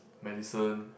medicine